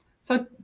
So-